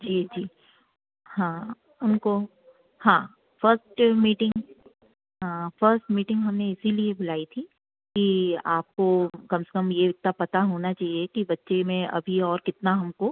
जी जी हाँ उनको हाँ फ़स्ट मीटिंग हाँ फ़स्ट मीटिंग हमने इसलिए बुलाई थी कि आपको कम से कम यह इतना पता होना चाहिए कि बच्चे में अभी और कितना हमको